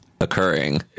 occurring